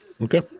Okay